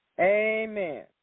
Amen